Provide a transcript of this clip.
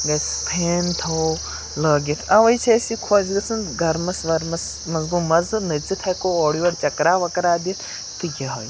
گژھِ پھین تھاوَو لٲگِتھ اَوَے چھِ اَسہِ یہِ خۄش گژھان گَرمَس ورمَس منٛز گوٚو مَزٕ نٔژِتھ ہٮ۪کو اورٕ یورٕ چَکرا وَکرا دِتھ تہٕ یِہوٚے